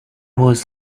was